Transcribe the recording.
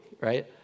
right